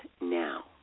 now